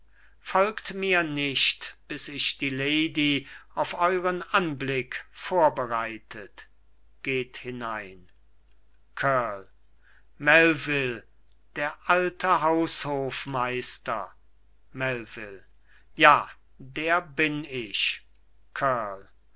folgt mir nicht bis ich die lady auf euren anblick vorbereitet geht hinein kurl melvil der alte haushofmeister melvil ja der bin ich